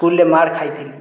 ସ୍କୁଲ୍ରେ ମାଡ଼୍ ଖାଇଥିଲି